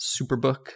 Superbook